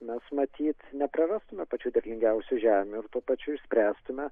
mes matyt neprarastume pačių derlingiausių žemių ir tuo pačiu išspręstume